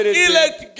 elect